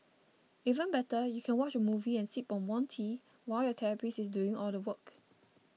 even better you can watch a movie and sip on warm tea while your therapist is doing all the work